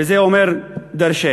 וזה אומר דורשני.